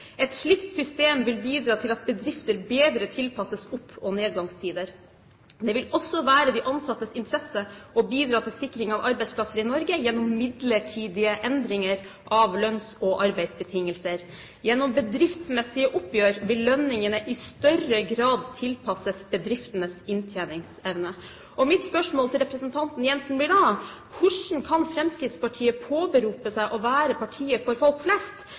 Et slikt system vil bidra til at bedrifter bedre tilpasses opp- og nedgangstider. Det vil også være i de ansattes interesse å bidra til sikring av arbeidsplasser i Norge gjennom midlertidige endringer av lønns- og arbeidsbetingelser. Gjennom bedriftsmessige oppgjør vil lønningene i større grad tilpasses bedriftenes inntjeningsevne.» Mitt spørsmål til representanten Jensen blir da: Hvordan kan Fremskrittspartiet påberope seg å være partiet for folk flest,